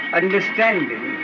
understanding